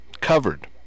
covered